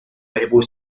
борьбу